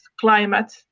climate